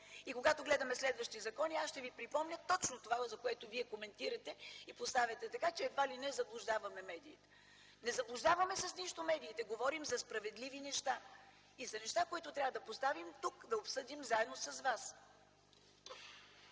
и когато гледаме следващи закони аз ще ви припомня точно това, което вие коментирате и поставяте, така че едва ли не заблуждаваме медиите. Не заблуждаваме с нищо медиите, говорим за справедливи неща и за неща, които трябва да поставим тук, да обсъдим заедно с вас.